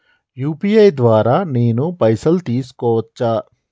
UPI ద్వారా నేను పైసలు తీసుకోవచ్చా?